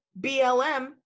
BLM